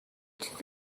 چیز